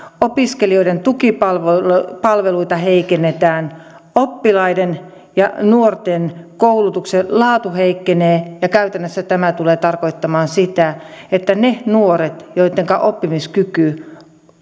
opiskelijoiden tukipalveluita heikennetään oppilaiden ja nuorten koulutuksen laatu heikkenee ja käytännössä tämä tulee tarkoittamaan sitä että niiden nuorten joittenka oppimiskyky